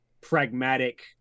pragmatic